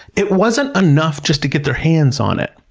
it wasn't enough just to get their hands on it.